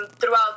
throughout